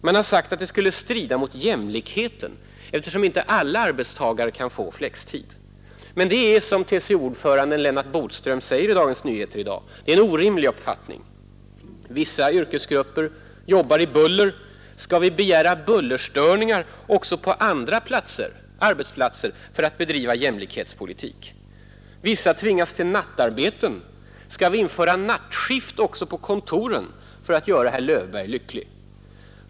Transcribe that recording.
Man har sagt att det skulle strida mot jämlikheten, eftersom inte alla arbetstagare kan få flextid. Men det är, som TCO-ordföranden Lennart Bodström visar i Dagens Nyheter i dag, en orimlig uppfattning. Vissa arbetsgrupper jobbar i buller — skall vi begära bullerstörningar också på andra arbetsplatser för att bedriva jämlikhetspolitik? En del tvingas till nattarbete — skall vi införa nattskift också på kontoren för att göra herr Löfberg lycklig?